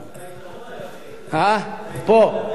זה היתרון היחיד, מה אתה רומז?